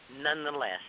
nonetheless